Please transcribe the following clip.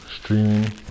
streaming